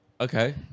Okay